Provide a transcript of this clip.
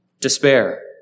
Despair